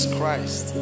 Christ